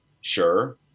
Sure